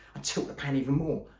and tilt the pan even more,